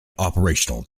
operational